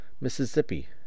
Mississippi